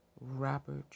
Robert